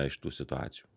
iš tų situacijų